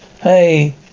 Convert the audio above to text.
Hey